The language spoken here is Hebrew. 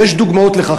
ויש דוגמאות לכך,